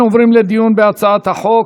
אנחנו עוברים לדיון בהצעת החוק.